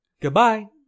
Goodbye